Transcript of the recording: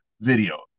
video